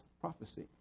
prophecy